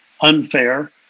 unfair